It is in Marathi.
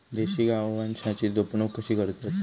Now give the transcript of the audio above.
देशी गोवंशाची जपणूक कशी करतत?